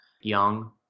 young